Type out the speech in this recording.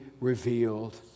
revealed